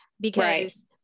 because-